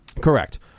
Correct